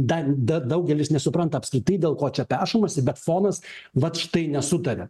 dar da daugelis nesupranta apskritai dėl ko čia pešamasi bet fonas vat štai nesutaria